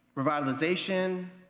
revitalization,